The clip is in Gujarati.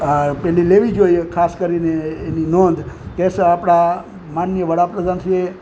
આ પહેલી લેવી જોઈએ ખાસ કરીને એની નોંધ કે આપણા માનનીય વડાપ્રધાન શ્રીએ